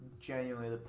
genuinely